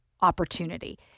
opportunity